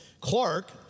Clark